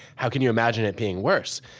how can you imagine it being worse?